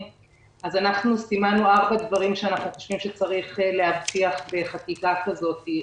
אז אנחנו סימנו 4 דברים שאנחנו חושבים שצריך להבטיח בחקיקה כזאת.